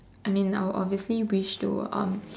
I mean I would obviously wish to um